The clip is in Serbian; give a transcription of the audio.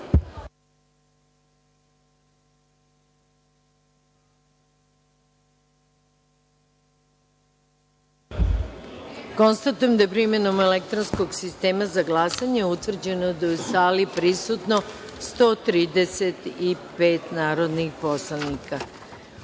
glasanje. Konstatujem da je primenom elektronskog sistema za glasanje utvrđeno da je u sali prisutno 93 narodna poslanika